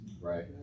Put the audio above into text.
Right